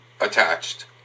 attached